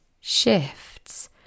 shifts